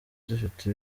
zifite